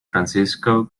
francisco